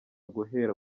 guhera